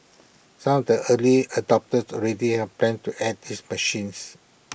some of the early adopters already have plans to add these machines